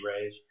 raise